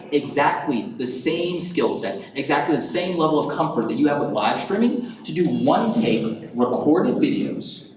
exactly the same skill set, exactly the same level of comfort that you have with live streaming to do one-take recorded videos.